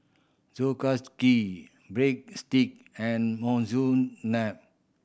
Breadstick and Monsuna